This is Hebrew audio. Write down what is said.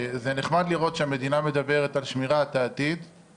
זה נחמד לראות שהמדינה מדברת על שמירת העתיד,